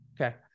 Okay